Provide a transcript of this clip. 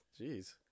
Jeez